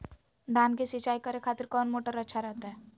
धान की सिंचाई करे खातिर कौन मोटर अच्छा रहतय?